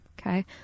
okay